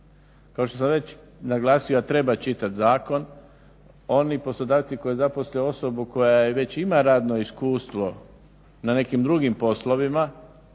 Kao što sam već naglasio da treba čitat zakon, oni poslodavci koji zaposle osobu koja već ima radno iskustvo na nekim drugim poslovima